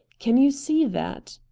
can you see that?